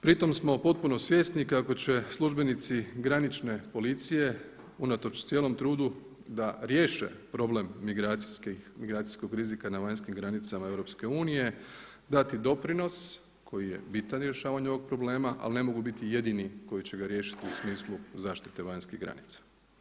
Pri tom smo potpuno svjesni kako će službenici granične policije unatoč cijelom trudu da riješe problem migracijskog rizika na vanjskih granicama EU dati doprinos koji je bitan u rješavanju ovog problema, ali ne mogu biti jedini koji će ga riješiti u smislu zaštite vanjskih granica.